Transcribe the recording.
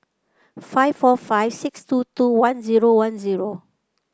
five four five six two two one zero one zero